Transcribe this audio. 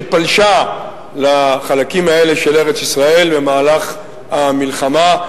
שפלשה לחלקים האלה של ארץ-ישראל במהלך המלחמה,